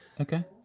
okay